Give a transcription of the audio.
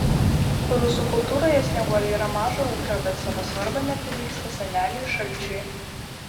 rusų kultūroje snieguolė yra mažo ūgio bet savo svarba neprilygsta seneliui šalčiui